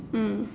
mm